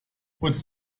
und